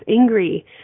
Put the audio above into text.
angry